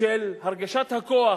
של הרגשת הכוח